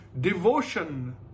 devotion